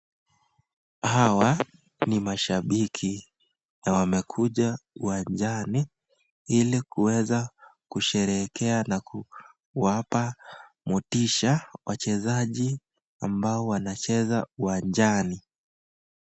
Hawa ni mashabiki na wamekucha uwanjani ili kuweza kusherekea na kuwapa motisha wachezaji ambao wanacheza uwanjani.